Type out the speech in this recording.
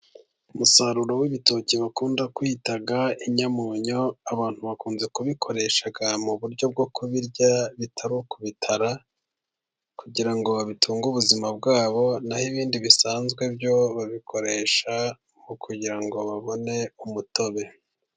Umusaruro w'ibitoki bakunda kwita inyamunyo, abantu bakunze kubikoresha mu buryo bwo kubirya bitari ku bitara, kugira ngo bitunge ubuzima bwabo, naho ibindi bisanzwe byo babikoresha mu kugira ngo babone umutobe.